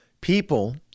people